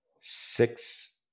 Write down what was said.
six